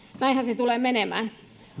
näinhän se tulee menemään